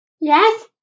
Yes